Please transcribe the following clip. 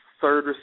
third